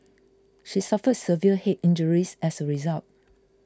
she suffered severe head injuries as a result